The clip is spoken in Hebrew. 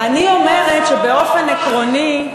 אני אומרת שבאופן עקרוני,